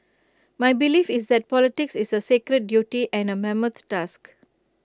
my belief is that politics is A sacred duty and A mammoth task